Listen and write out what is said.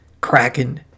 kraken